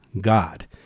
God